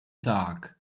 dark